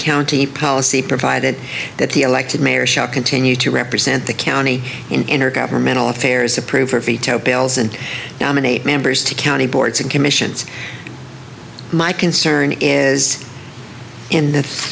county policy provided that the elected mayor shall continue to represent the county in our governmental affairs approve or veto bills and nominate members to county boards and commissions my concern is in th